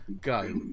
go